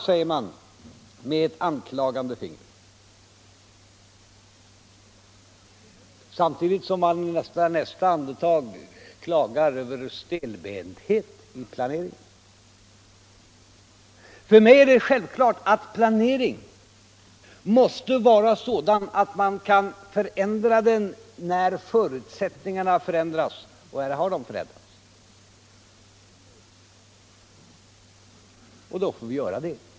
Så frågar man och höjer anklagande fingret, samtidigt som man i nästa andetag klagar över stelbentheten i planeringen. För mig är det självklart att planeringen måste vara sådan att den kan förändras när förutsättningarna förändras. Här har de förändrats, och då får vi göra det.